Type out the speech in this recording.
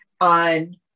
on